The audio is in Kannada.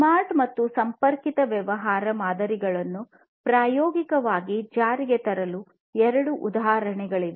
ಸ್ಮಾರ್ಟ್ ಮತ್ತು ಸಂಪರ್ಕಿತ ವ್ಯವಹಾರ ಮಾದರಿಗಳನ್ನು ಪ್ರಾಯೋಗಿಕವಾಗಿ ಜಾರಿಗೆ ತರುವ ಎರಡು ಉದಾಹರಣೆಗಳಿವೆ